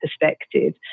perspective